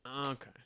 Okay